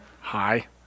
hi